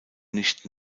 nicht